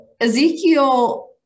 Ezekiel